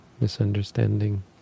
misunderstanding